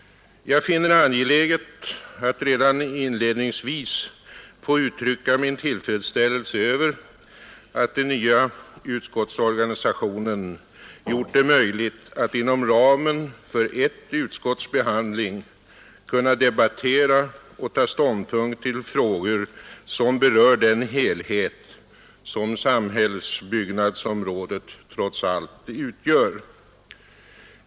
Jag finner det angeläget att redan inledningsvis få uttrycka min tillfredsställelse över att den nya utskottsorganisationen gjort det möjligt att inom ramen för ett utskotts behandling kunna debattera och ta ståndpunkt till frågor som berör den helhet som samhällsbyggnadsområdet trots allt utgör.